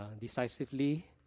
decisively